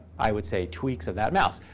i would say, tweaks of that mouse.